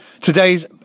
today's